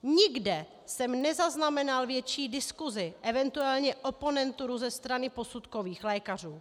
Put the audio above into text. Nikde jsem nezaznamenal větší diskuzi, eventuálně oponenturu ze strany posudkových lékařů.